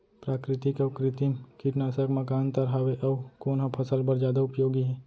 प्राकृतिक अऊ कृत्रिम कीटनाशक मा का अन्तर हावे अऊ कोन ह फसल बर जादा उपयोगी हे?